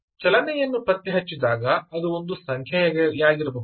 ಚಲನೆಯನ್ನು ಪತ್ತೆಹಚ್ಚಿದಾಗ ಅದು ಒಂದು ಸಂಖ್ಯೆಯಾಗಿರಬಹುದು